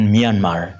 Myanmar